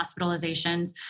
hospitalizations